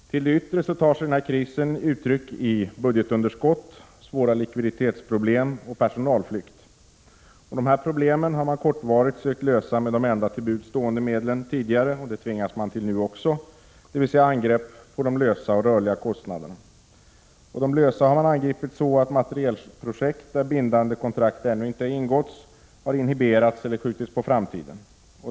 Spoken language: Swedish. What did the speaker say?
Till det yttre tar sig krisen uttryck i budgetunderskott, svåra likviditetsproblem och personalflykt. Dessa problem har man tidigare kortvarigt sökt lösa med de enda till buds stående medlen, och det tvingas man göra nu också, nämligen angrepp på de lösa och rörliga kostnaderna. De lösa har man angripit så att materielprojekt, där bindande kontrakt ännu inte ingåtts, har inhiberats eller skjutits på framtiden.